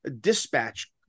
dispatch